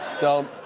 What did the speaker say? don't.